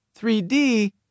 3D